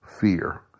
fear